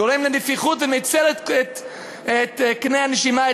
גורם לנפיחות ומצר את קנה הנשימה,